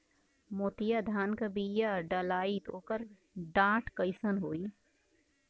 मोतिया धान क बिया डलाईत ओकर डाठ कइसन होइ?